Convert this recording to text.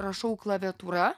rašau klaviatūra